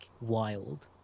wild